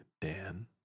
Dan